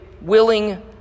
willing